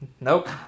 Nope